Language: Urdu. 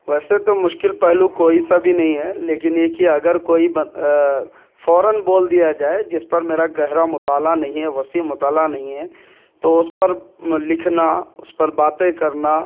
ویسے تو مشکل پہلو کوئی سا بھی نہیں ہے لیکن یہ کہ اگر کوئی فوراً بول دیا جائے جس پر میرا گہرا مطالعہ نہیں ہے وسیع مطالعہ نہیں ہے تو اس پر لکھنا اس پر باتیں کرنا